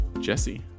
Jesse